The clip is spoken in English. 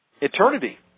eternity